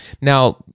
Now